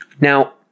Now